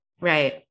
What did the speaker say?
Right